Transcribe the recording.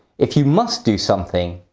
if you must do something,